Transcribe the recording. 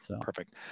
perfect